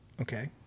okay